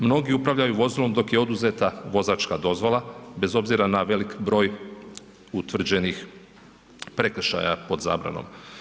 Mnogi upravljaju vozilom dok je oduzeta vozačka dozvola, bez obzira na veliki broj utvrđenih prekršaja pod zabranom.